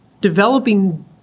Developing